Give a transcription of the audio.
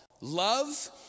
love